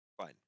fine